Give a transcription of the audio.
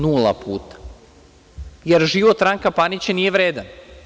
Nula puta, jer život Ranka Panića nije vredan.